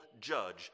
judge